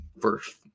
first